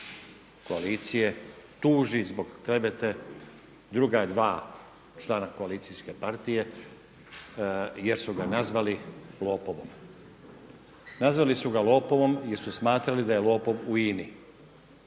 koalicije tuži zbog klevete druga dva člana koalicijske partije jer su ga nazvali lopovom. Nazvali su ga lopovom jer su smatrali da je lopov u INA-i.